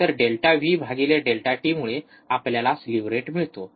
तर delta V भागिले delta T मुळे आपल्याला स्लीव्ह रेट मिळतो